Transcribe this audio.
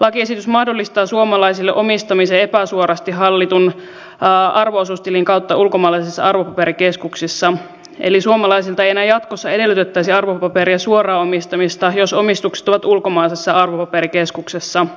lakiesitys mahdollistaa suomalaisille omistamisen epäsuorasti hallitun arvo osuustilin kautta ulkomaisissa arvopaperikeskuksissa eli suomalaisilta ei enää jatkossa edellytettäisi arvopaperien suoraa omistamista jos omistukset ovat ulkomaisessa arvopaperikeskuksessa